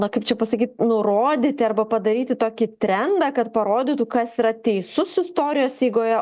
na kaip čia pasakyt nurodyti arba padaryti tokį trendą kad parodytų kas yra teisus istorijos eigoje